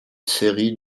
série